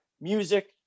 music